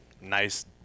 nice